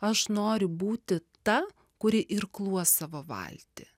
aš noriu būti ta kuri irkluos savo valtį